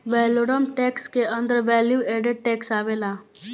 valorem tax के अंदर value added tax आवेला